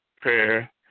prayer